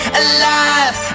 alive